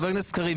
חבר הכנסת קריב,